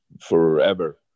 forever